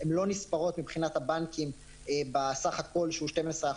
הן לא נספרות מבחינת הבנקים בסך הכל שהוא 12%,